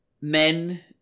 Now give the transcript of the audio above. men